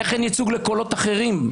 איך אין ייצוג לקולות אחרים?